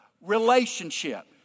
Relationship